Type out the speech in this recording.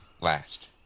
last